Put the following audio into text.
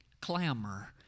Clamor